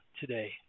today